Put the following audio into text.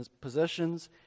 possessions